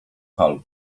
hal